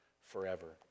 forever